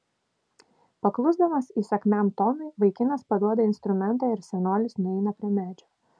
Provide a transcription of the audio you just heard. paklusdamas įsakmiam tonui vaikinas paduoda instrumentą ir senolis nueina prie medžio